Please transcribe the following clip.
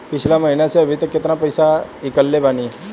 पिछला महीना से अभीतक केतना पैसा ईकलले बानी?